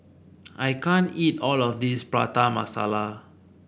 I can't eat all of this Prata Masala